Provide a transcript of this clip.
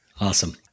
awesome